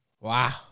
Wow